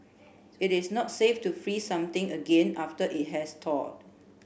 it is not safe to freeze something again after it has thawed